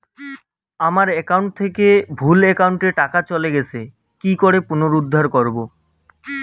আমার একাউন্ট থেকে ভুল একাউন্টে টাকা চলে গেছে কি করে পুনরুদ্ধার করবো?